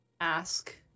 ask